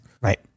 Right